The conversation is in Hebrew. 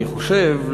אני חושב,